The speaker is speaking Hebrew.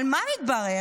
אבל מה מתברר?